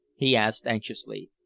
he asked anxiously.